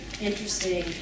interesting